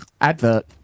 Advert